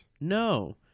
No